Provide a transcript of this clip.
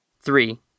Three